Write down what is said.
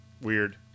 Weird